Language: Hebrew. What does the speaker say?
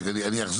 אחר,